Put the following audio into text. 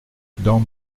dans